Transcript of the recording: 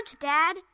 Dad